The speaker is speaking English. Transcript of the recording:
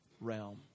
realm